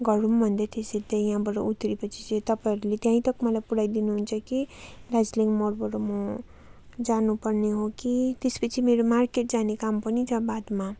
गरौँ भन्दै थिएँ सिधै यहाँबाट उत्रे पछि चाहिँ तपाईँहरूले त्यहीँ तक मलाई पुऱ्याइदिनु हुन्छ कि दार्जीलिङ मोडबाट म जानु पर्ने हो कि त्यस पछि मेरो मार्केट जाने काम पनि छ बादमा